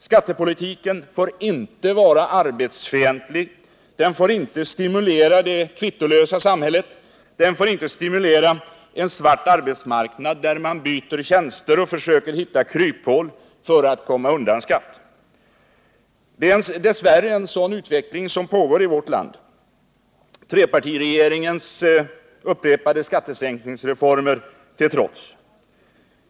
Skattepolitiken får inte vara arbetsfientlig, den får inte stimulera det kvittolösa samhället. Den får inte stimulera en svart arbetsmarknad där man byter tjänster och försöker hitta kryphål för att komma undan skatt. Det är dess värre en sådan utveckling som pågår i vårt land, trepartiregeringens upprepade skattesänkningsreformer till trots.